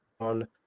on